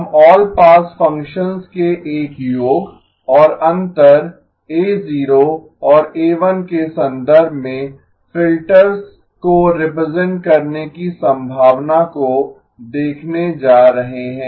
हम all pass functions के एक योग और अंतर A0 और A1 के संदर्भ में फिल्टर्स को रिप्रेजेंट करने की संभावना को देखने जा रहे हैं